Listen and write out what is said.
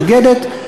ולכן הממשלה מתנגדת,